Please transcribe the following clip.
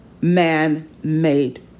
man-made